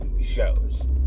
shows